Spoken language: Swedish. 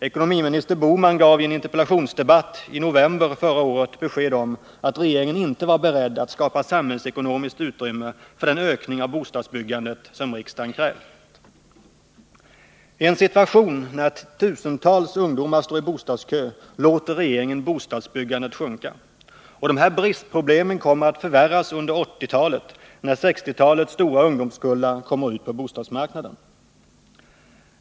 Ekonomiminister Gösta Bohman gav i en interpellationsdebatt i november förra året besked om att regeringen inte var beredd att skapa samhällsekonomiskt utrymme för den ökning av bostadsbyggandet som riksdagen krävt. I en situation när tusentals ungdomar står i bostadskö låter regeringen bostadsbyggandet sjunka. Och de här bristproblemen kommer att förvärras under 1980-talet, när 1960-talets stora ungdomskullar kommer ut på bostadsmarknaden.